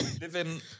living